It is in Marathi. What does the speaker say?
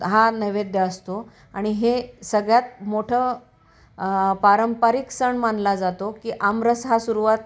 हा नैवेद्य असतो आणि हे सगळ्यात मोठं पारंपरिक सण मानला जातो की आमरस हा सुरुवात